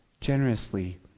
generously